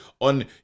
on